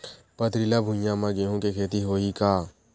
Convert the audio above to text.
पथरिला भुइयां म गेहूं के खेती होही का?